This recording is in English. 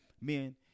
Men